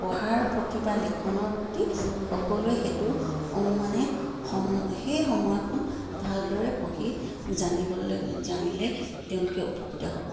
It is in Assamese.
পঢ়াৰ প্ৰতি বা লিখনৰ প্ৰতি সকলোৱে সেইটো মানে সেই সময়খন ভালদৰে পঢ়ি জানিবলৈ জানিলে তেওঁলোকে উপকৃত হ'ব